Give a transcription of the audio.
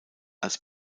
als